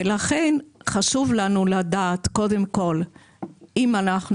לכן חשוב לנו לדעת קודם כל אם אנחנו